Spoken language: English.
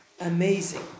Amazing